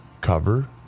cover